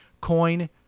coin